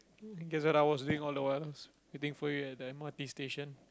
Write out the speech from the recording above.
and guess what I was reading all the while waiting for you at the m_r_t station